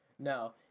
No